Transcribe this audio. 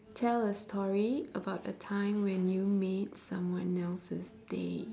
tell a story about the time when you made someone else's day